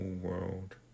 world